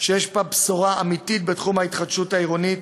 שיש בה בשורה אמיתית בתחום ההתחדשות העירונית,